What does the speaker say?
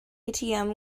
atm